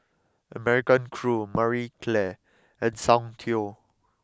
American Crew Marie Claire and Soundteoh